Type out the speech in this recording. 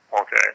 Okay